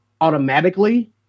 automatically